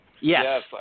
Yes